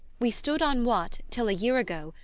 we stood on what, till a year ago,